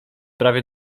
prawie